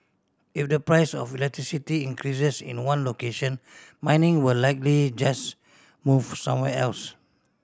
if the price of electricity increases in one location mining will likely just move somewhere else